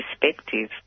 perspective